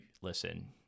listen